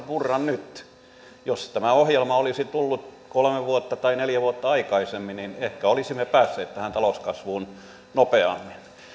purra vasta nyt jos tämä ohjelma olisi tullut kolme vuotta tai neljä vuotta aikaisemmin ehkä olisimme päässeet tähän talouskasvuun nopeammin